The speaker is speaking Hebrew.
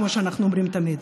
כמו שאנחנו אומרים תמיד,